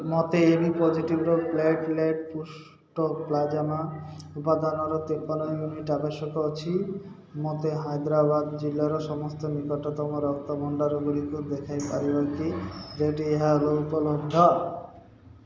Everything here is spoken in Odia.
ମୋତେ ଏ ବି ପଜେଟିଭ୍ର ପ୍ଲାଟେଲେଟ୍ ପୁଷ୍ଟ ପ୍ଲାଜମା ଉପାଦାନର ତେପନ ୟୁନିଟ୍ ଆବଶ୍ୟକ ଅଛି ମୋତେ ହାଇଦ୍ରାବାଦ ଜିଲ୍ଲାର ସମସ୍ତ ନିକଟତମ ରକ୍ତ ଭଣ୍ଡାରଗୁଡ଼ିକୁ ଦେଖାଇ ପାରିବ କି ଯେଉଁଠି ଏହା ଉପଲବ୍ଧ